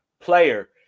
player